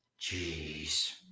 Jeez